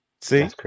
See